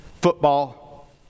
football